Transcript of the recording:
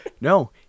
No